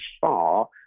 far